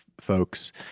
folks